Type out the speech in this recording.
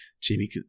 Jamie